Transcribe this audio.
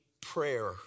prayer